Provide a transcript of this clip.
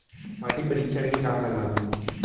माटी परीक्षण के का का लाभ हे?